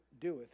doeth